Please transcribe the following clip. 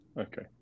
Okay